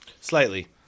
Slightly